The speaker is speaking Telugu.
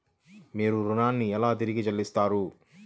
మీరు ఋణాన్ని ఎలా తిరిగి చెల్లిస్తారు?